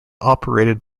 operated